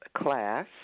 class